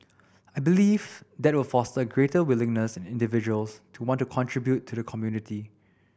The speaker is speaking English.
I believe that will foster a greater willingness in individuals to want to contribute to the community